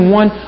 one